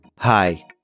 Hi